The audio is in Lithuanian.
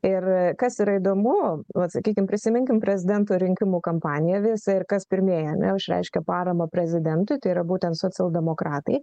ir kas yra įdomu vat sakykim prisiminkim prezidento rinkimų kampaniją visa ir kas pirmieji ane išreiškė paramą prezidentui tai yra būtent socialdemokratai